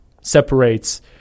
separates